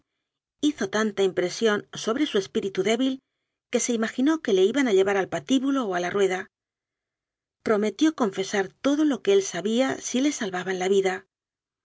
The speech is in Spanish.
hizo tanta impresión sobre su es píritu débil que se imaginó que le iban a llevar al patíbulo o la rueda prometió confesar todo lo que él sabía si le salvaban la vida